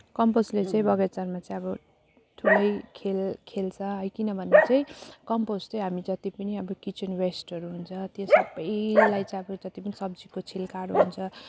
कम्पोस्टले चाहिँ बगैँचामा चाहिँ अब ठुलै खेल खेल्छ है किनभने चाहिँ कम्पोस्ट चाहिँ हामी जति पनि अब किचन वेस्टहरू हुन्छ त्यो सबैलाई चाहिँ अब जति पनि सब्जीको छिल्काहरू हुन्छ